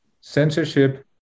Censorship